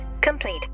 complete